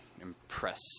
impress